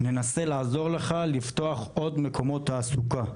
ננסה לעזור לך לפתוח עוד מקומות תעסוקה".